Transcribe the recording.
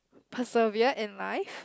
preserve in life